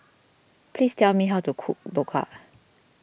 please tell me how to cook Dhokla